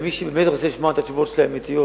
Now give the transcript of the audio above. מי שבאמת רוצה לשמוע את התשובות האמיתיות שלי,